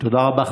תודה רבה.